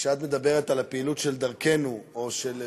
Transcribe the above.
כשאת מדברת על הפעילות של "דרכנו" או של V15,